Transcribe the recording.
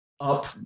up